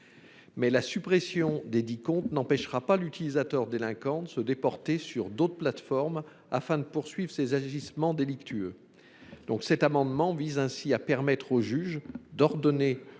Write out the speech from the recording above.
Or la suppression desdits comptes n’empêchera pas l’utilisateur délinquant de se déporter vers d’autres plateformes, afin de poursuivre ses agissements délictueux. Cet amendement vise donc à permettre au juge d’ordonner la